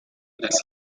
las